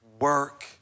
work